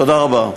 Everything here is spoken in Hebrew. תודה רבה.